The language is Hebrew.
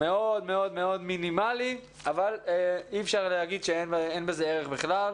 מאוד מאוד מינימלי אבל אי אפשר לומר שאין בזה ערך בכלל.